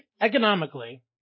Economically